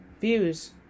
views